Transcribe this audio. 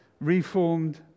Reformed